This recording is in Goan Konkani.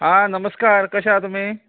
आं नमस्कार कशें आहा तुमी